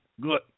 Good